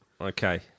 Okay